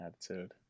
attitude